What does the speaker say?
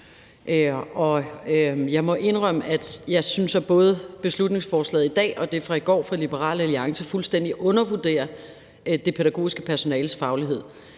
Jeg må indrømme, at jeg synes, at både beslutningsforslaget i dag og det fra i går fra Liberal Alliance fuldstændig undervurderer det pædagogiske personales faglighed.